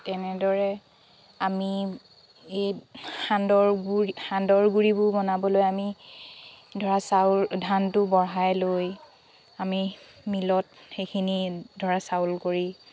তেনেদৰে আমি এই সান্দহগুড়ি সান্দহগুড়িবোৰ বনাবলৈ আমি ধৰা চাউল ধানটো বঢ়াই লৈ আমি মিলত সেইখিনি ধৰা চাউল কৰি